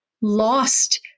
lost